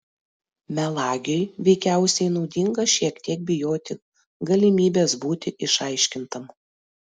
melagiui veikiausiai naudinga šiek tiek bijoti galimybės būti išaiškintam